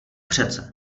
přece